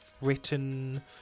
written